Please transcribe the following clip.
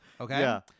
okay